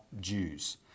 Jews